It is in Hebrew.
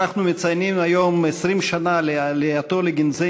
אנחנו מציינים היום 20 שנה לעלייתו לגנזי